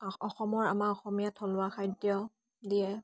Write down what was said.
আ অসমৰ আমাৰ অসমীয়া থলুৱা খাদ্য দিয়ে